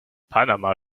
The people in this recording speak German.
panama